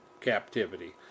captivity